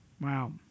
Wow